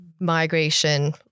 migration